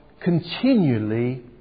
continually